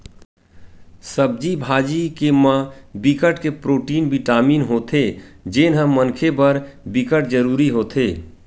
सब्जी भाजी के म बिकट के प्रोटीन, बिटामिन होथे जेन ह मनखे बर बिकट जरूरी होथे